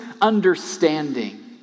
understanding